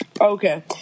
Okay